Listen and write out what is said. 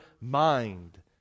mind